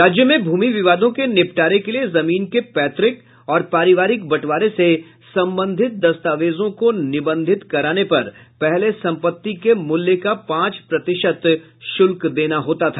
राज्य में भूमि विवादों के निपटारे के लिये जमीन के पैतृक और परिवारिक बंटवारे से संबंधित दस्तावेजों को निबंधित कराने पर पहले संपत्ति के मूल्य का पांच प्रतिशत शुल्क देना होता था